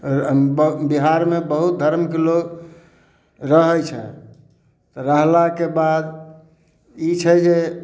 बिहारमे बहुत धर्मके लोग रहै छै तऽ रहलाके बाद ई छै जे